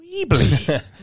Weebly